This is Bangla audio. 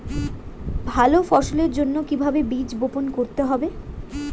ভালো ফসলের জন্য কিভাবে বীজ বপন করতে হবে?